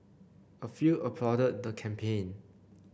a few applauded the campaign